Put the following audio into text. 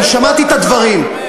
אני שמעתי את הדברים.